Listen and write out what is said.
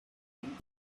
him